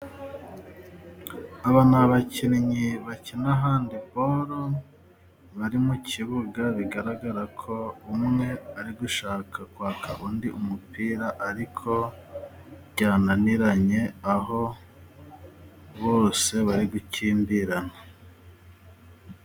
Aba ni abakinnyi bakina handiboro bari mu kibuga bigaragara ko umwe ari gushaka kwaka undi umupira ariko byananiranye aho bose bari gukimbirana.